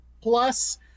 plus